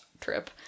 trip